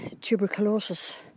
tuberculosis